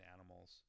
animals